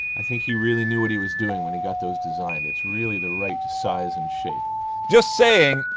i think he really knew what he was doing when he got those designed, it's really the right size and shape just saying.